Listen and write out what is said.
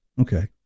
Okay